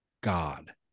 God